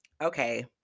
Okay